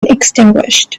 extinguished